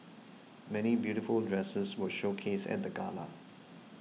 many beautiful dresses were showcased at the gala